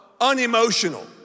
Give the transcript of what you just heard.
unemotional